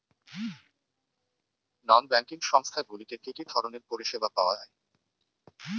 নন banking সংস্থা গুলিতে কি কি ধরনের পরিসেবা পাওয়া য়ায়?